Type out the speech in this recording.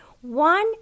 One